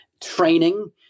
training